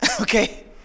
okay